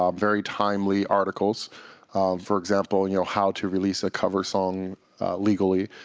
um very timely articles for example, you know, how to release a cover song legally,